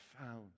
found